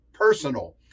personal